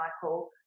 cycle